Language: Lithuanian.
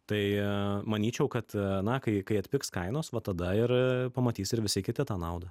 tai manyčiau kad na kai kai atpigs kainos va tada ir pamatys ir visi kiti tą naudą